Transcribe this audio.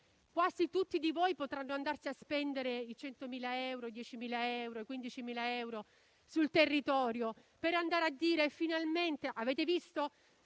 Quasi tutti voi potrete andare a spendervi i 100.000 euro, i 10.000 euro o i 15.000 euro sul territorio, per dire finalmente: avete visto?